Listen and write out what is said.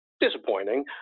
disappointing